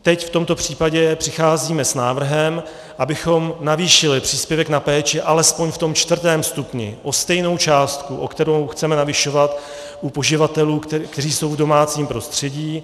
Teď v tomto případě přicházíme s návrhem, abychom navýšili příspěvek na péči alespoň v tom čtvrtém stupni o stejnou částku, o kterou chceme navyšovat u poživatelů, kteří jsou v domácím prostředí.